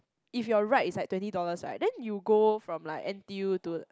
if your ride is like twenty dollars right then you go from like N_T_U to